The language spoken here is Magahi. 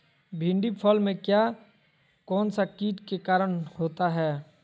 भिंडी फल में किया कौन सा किट के कारण होता है?